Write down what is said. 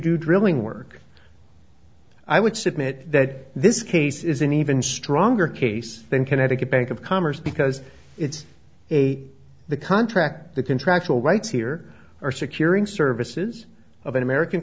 do drilling work i would submit that this case is an even stronger case than connecticut bank of commerce because it's a the contract the contractual rights here are securing services of an american